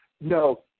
No